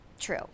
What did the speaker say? true